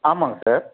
ஆமாம்ங்க சார்